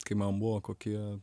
kai man buvo kokie